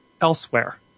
elsewhere